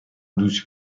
دوش